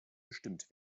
bestimmt